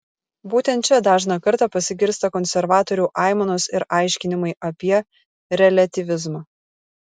būtent čia dažną kartą pasigirsta konservatorių aimanos ir aiškinimai apie reliatyvizmą